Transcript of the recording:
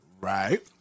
Right